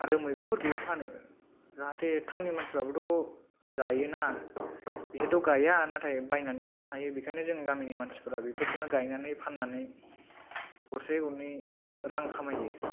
आरो मैगंफोरखौबो फानो जाहाथे टाउननि मानसिफ्राबोथ' जायोना बिसोरथ' गाया नाथाइ बायनानै जानो हायो बेखायनो जों गामिनि मानसिफोरा बेफोरखौनो गायनानै फाननानै गरसे गरनै रां खामायो